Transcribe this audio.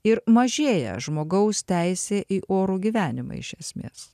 ir mažėja žmogaus teisė į orų gyvenimą iš esmės